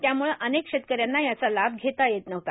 त्यामुळं अनेक शेतकऱ्यांना याचा लाभ घेता येत नव्हता